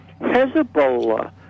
Hezbollah